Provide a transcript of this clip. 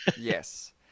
Yes